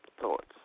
thoughts